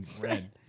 red